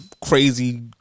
crazy